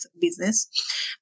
business